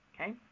okay